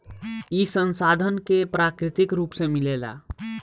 ई संसाधन के प्राकृतिक रुप से मिलेला